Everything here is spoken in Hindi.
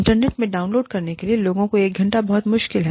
इंटरनेट से डाउनलोड करने के लिए लोगों के लिए एक घंटा बहुत मुश्किल है